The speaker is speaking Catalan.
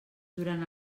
durant